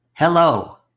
Hello